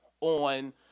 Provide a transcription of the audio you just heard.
on